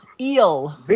eel